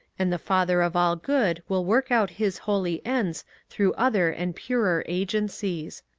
and the father of all good will work out his holy ends through other and purer agencies.